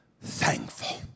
thankful